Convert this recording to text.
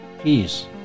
peace